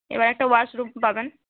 এবার একটা ওয়াশরুম পাবেন